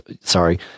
sorry